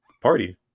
party